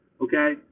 Okay